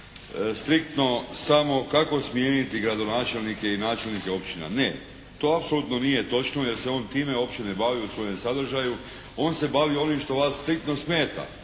striktno samo kako smijeniti gradonačelnike i načelnike općina. Ne. To apsolutno nije točno jer se on time uopće ne bavi u svojem sadržaju. On se bavi onim što vas striktno smeta,